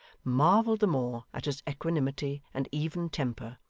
marvelled the more at his equanimity and even temper,